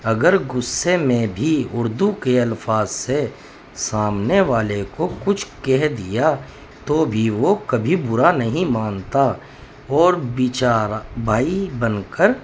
اگر غصے میں بھی اردو کے الفاظ سے سامنے والے کو کچھ کہہ دیا تو بھی وہ کبھی برا نہیں مانتا اور بے چارہ بھائی بن کر